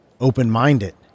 open-minded